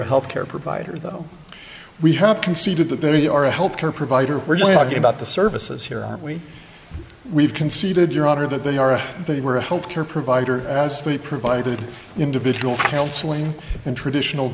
a health care provider though we have conceded that they are a health care provider we're just talking about the services here aren't we we've conceded your honor that they are if they were a health care provider as they provided individual counseling and traditional